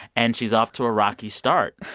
and she's off to a rocky start.